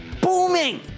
booming